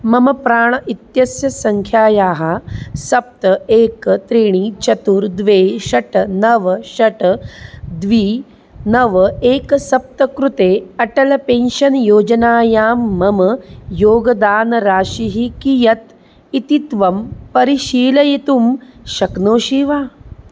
मम प्राण् इत्यस्य सङ्ख्यायाः सप्त एकं त्रीणि चत्वारि द्वे षट् नव षट् द्वे नव एकं सप्त कृते अटल पेन्शन् योजनायां मम योगदानराशिः कियत् इति त्वं परिशीलयितुं शक्नोषि वा